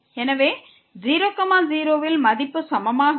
எனவே 0 0 ல் மதிப்பு சமமாக இல்லை